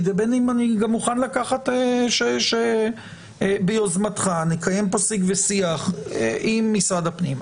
ואני גם מוכן לקחת שביוזמתך נקיים פה שיג ושיח עם משרד הפנים.